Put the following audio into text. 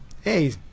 hey